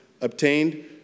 obtained